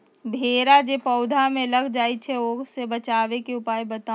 भेरा जे पौधा में लग जाइछई ओ से बचाबे के उपाय बताऊँ?